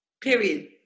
Period